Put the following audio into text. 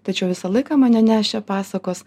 tačiau visą laiką mane nešė pasakos